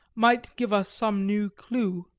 might give us some new clue.